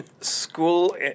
School